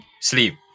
sleep